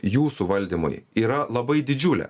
jūsų valdymui yra labai didžiulė